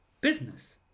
business